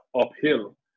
uphill